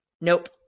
Nope